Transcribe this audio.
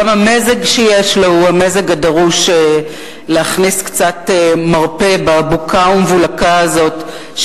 גם המזג שלו הוא המזג הדרוש כדי להכניס קצת מרפא בבוקה והמבולקה הזאת,